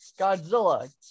Godzilla